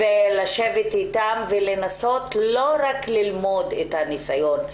לשבת איתם ולנסות לא רק ללמוד את הניסיון.